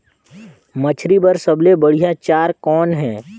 मछरी बर सबले बढ़िया चारा कौन हे?